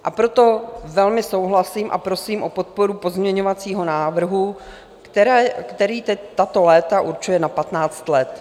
A proto velmi souhlasím a prosím o podporu pozměňovacího návrhu, který teď tato léta určuje na patnáct let.